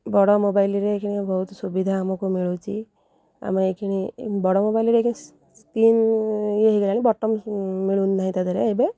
ବଡ଼ ମୋବାଇଲ୍ରେ ଏ ବହୁତ ସୁବିଧା ଆମକୁ ମିଳୁଛି ଆମେ ଏଇଖିଣି ବଡ଼ ମୋବାଇଲ୍ରେ ଏଠି ସ୍କ୍ରିନ୍ ଇଏ ହେଇଗଲାଣି ବଟନ୍ ମିଳୁନି ନାହିଁ ତା ଦେହରେ ଏବେ